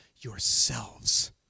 yourselves